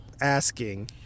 asking